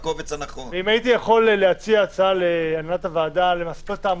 הייתי מציע להנהלת הוועדה למספר את העמודים,